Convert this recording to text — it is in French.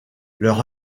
leur